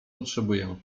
potrzebuję